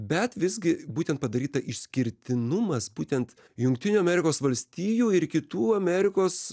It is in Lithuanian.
bet visgi būtent padaryta išskirtinumas būtent jungtinių amerikos valstijų ir kitų amerikos